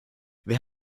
wer